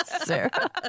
Sarah